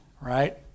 right